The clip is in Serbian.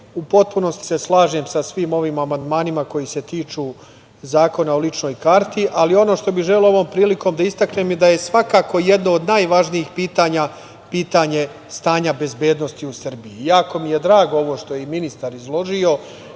u potpunosti se slažem sa svim ovim amandmanima koji se tiču Zakona o ličnoj karti. Ono što bih želeo ovom prilikom da istaknem, jeste da je svakako jedno od najvažnijih pitanja, pitanje stanja bezbednosti u Srbiji. Jako mi je drago ovo što je ministar izložio